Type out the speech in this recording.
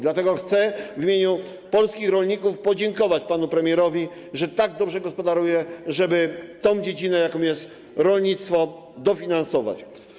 Dlatego chcę w imieniu polskich rolników podziękować panu premierowi za to, że tak dobrze gospodaruje, żeby tę dziedzinę, jaką jest rolnictwo, dofinansować.